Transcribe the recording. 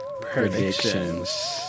predictions